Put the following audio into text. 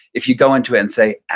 if you go into and say,